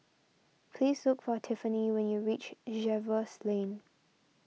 please look for Tiffanie when you reach Jervois Lane